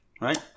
right